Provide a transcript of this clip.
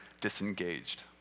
disengaged